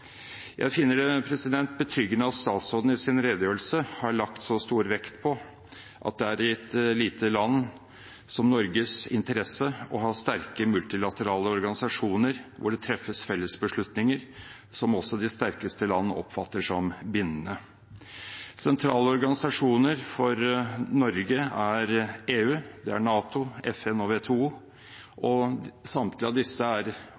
Jeg finner det betryggende at statsråden i sin redegjørelse har lagt så stor vekt på at det er i et lite land som Norges interesse å ha sterke multilaterale organisasjoner hvor det treffes fellesbeslutninger som også de sterkeste landene oppfatter som bindende. Sentrale organisasjoner for Norge er EU, NATO, FN og WTO, og samtlige av disse er,